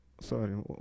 Sorry